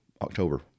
October